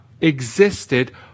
existed